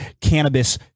cannabis